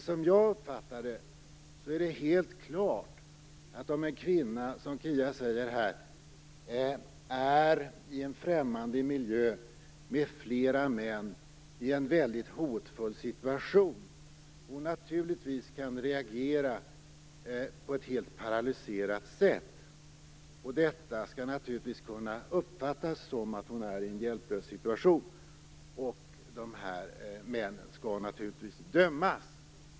Som jag uppfattar det är det helt klart att en kvinna kan reagera med att bli helt paralyserad om hon, som Kia Andreasson säger, är i en främmande miljö med flera män i en väldigt hotfull situation. Detta skall naturligtvis kunna uppfattas som att hon är i en hjälplös situation. Männen skall naturligtvis dömas.